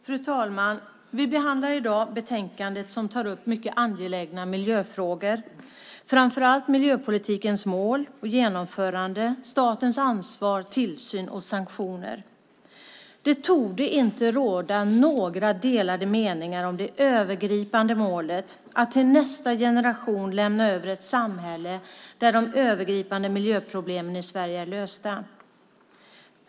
Fru talman! Vi behandlar i dag ett betänkande som tar upp mycket angelägna miljöfrågor, framför allt miljöpolitikens mål och genomförande samt statens ansvar, tillsyn och sanktioner. Det torde inte råda några delade meningar om det övergripande målet att till nästa generation lämna över ett samhälle där de övergripande miljöproblemen i Sverige är lösta.